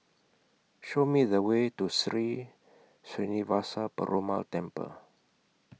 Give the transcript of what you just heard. Show Me The Way to Sri Srinivasa Perumal Temple